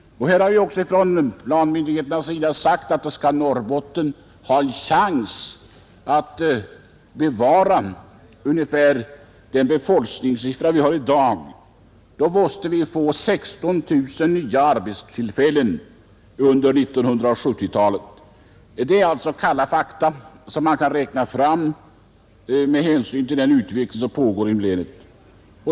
Planmyndigheterna har sagt att om Norrbotten skall ha en chans att bevara ungefär samma befolkningssiffra som i dag måste det skapas 16 000 nya arbetstillfällen under 1970-talet. — Detta är alltså kalla fakta som man kan räkna fram med hänsyn till den utveckling som pågår inom länet.